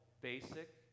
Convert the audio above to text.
basic